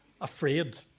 afraid